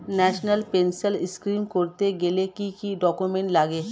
National pension scheme করতে গেলে কি কি ডকুমেন্ট লাগে?